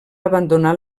abandonar